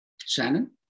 Shannon